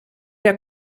der